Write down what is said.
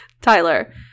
Tyler